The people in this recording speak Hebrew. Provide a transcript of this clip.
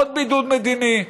עוד בידוד מדיני.